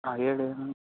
ಹಾಂ ಹೇಳಿ ಏನು